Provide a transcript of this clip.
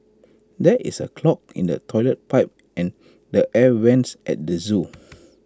there is A clog in the Toilet Pipe and the air Vents at the Zoo